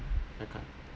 I can't